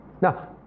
Now